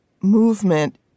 movement –